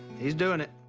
he's doing it.